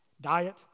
Diet